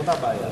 זאת הבעיה.